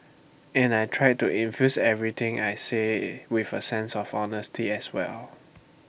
and I try to infuse everything I say with A sense of honesty as well